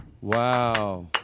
Wow